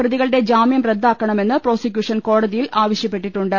പ്രതികളുടെ ജാമ്യം റദ്ദാക്കണമെന്ന് പ്രോസിക്യൂഷൻ കോടതിയിൽ ആവ ശ്യപ്പെട്ടിട്ടുണ്ട്